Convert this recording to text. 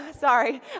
Sorry